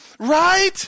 Right